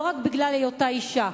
לא רק בגלל היותה אשה,